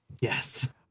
Yes